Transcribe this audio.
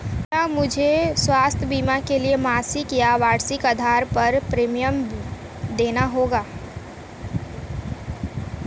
क्या मुझे स्वास्थ्य बीमा के लिए मासिक या वार्षिक आधार पर प्रीमियम देना होगा?